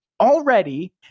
already